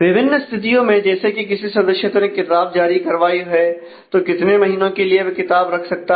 विभिन्न स्थितियों में जैसे कि किसी सदस्य ने किताब जारी करवाई है तो कितने महीनों के लिए वह किताब रख सकता है